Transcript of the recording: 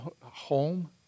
home